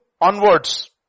onwards